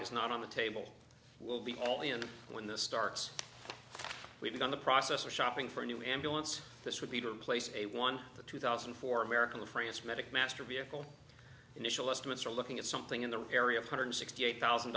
is not on the table will be only and when this starts we began the process of shopping for a new ambulance this would be to replace a one to two thousand and four american france medic master vehicle initial estimates are looking at something in the area of hundred sixty eight thousand